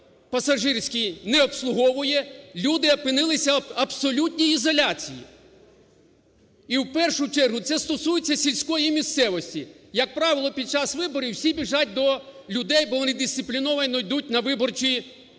пасажирський не обслуговує, люди опинилися в абсолютній ізоляції. І в першу чергу це стосується сільської місцевості. Як правило, під час виборів всі біжать до людей, бо вони дисципліновано йдуть на виборчі дільниці.